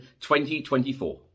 2024